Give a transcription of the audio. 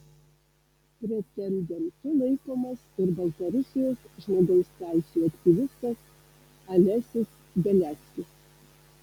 pretendentu laikomas ir baltarusijos žmogaus teisių aktyvistas alesis beliackis